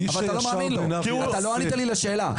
ואתה לא ענית לי על השאלה.